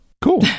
cool